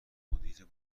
مدیر